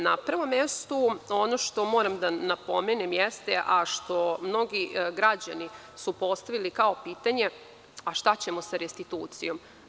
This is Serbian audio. Na prvom mestu, ono što moram da napomenem jeste, a što mnogi građani su postavili kao pitanje – šta ćemo sa restitucijom?